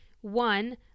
one